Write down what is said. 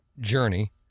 Journey